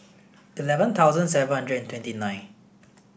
eleven thousand seven hundred and twenty nine